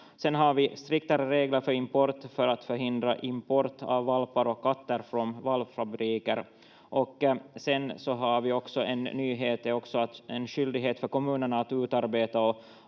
Sedan har vi striktare regler för import, för att förhindra import av valpar och katter från valpfabriker. Och sedan är en nyhet också en skyldighet för kommunerna att utarbeta